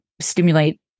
stimulate